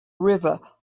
river